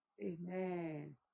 Amen